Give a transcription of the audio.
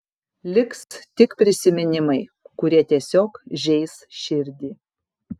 liks tik prisiminimai kurie tiesiog žeis širdį